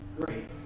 grace